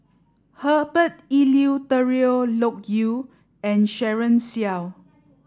Herbert Eleuterio Loke Yew and Daren Shiau